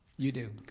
you do,